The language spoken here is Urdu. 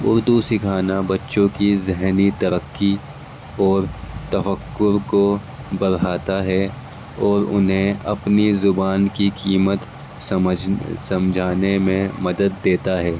اردو سکھانا بچوں کی ذہنی ترقی اور توقع کو بر ہاتا ہے اور انہیں اپنی زبان کی قیمت سمجھ سمجھانے میں مدد دیتا ہے